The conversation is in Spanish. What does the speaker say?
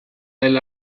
del